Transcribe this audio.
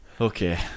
Okay